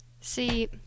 See